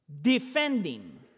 Defending